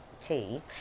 Tea